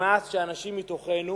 נמאס שאנשים מתוכנו